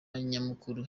nyamukuru